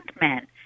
men